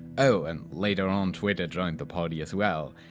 oh, and later on twitter joined the party as well!